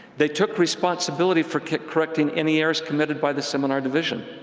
they took responsibility for correcting any errors committed by the seminar division.